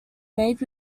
made